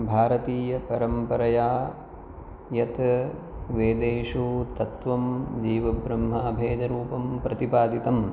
भारतीयपरम्परया यत् वेदेषु तत्त्वं जीवब्रह्माभेदरूपं प्रतिपादितम्